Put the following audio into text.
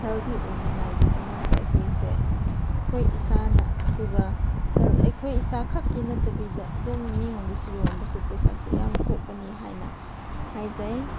healthy ꯑꯣꯏꯅꯉꯥꯏꯒꯤꯗꯃꯛꯇ ꯑꯩꯈꯣꯏꯁꯦ ꯑꯩꯈꯣꯏ ꯏꯁꯥꯅ ꯑꯗꯨꯒ ꯍꯦꯜꯊ ꯑꯩꯈꯣꯏ ꯏꯁꯥꯈꯛꯀꯤ ꯅꯠꯇꯕꯤꯗ ꯑꯗꯨꯝ ꯃꯤꯉꯣꯟꯗꯁꯨ ꯌꯣꯟꯕꯁꯨ ꯄꯩꯁꯥꯁꯨ ꯌꯥꯝ ꯊꯣꯛꯀꯅꯤ ꯍꯥꯏꯅ ꯍꯥꯏꯖꯩ